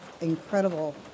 incredible